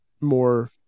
more